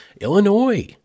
Illinois